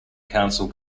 council